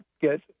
get